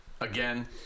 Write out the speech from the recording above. again